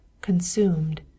consumed